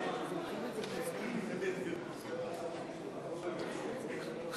הרשימה המשותפת להביע אי-אמון בממשלה לא נתקבלה.